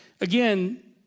again